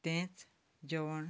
तेंच जेवण